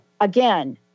again